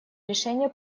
решения